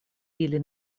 ili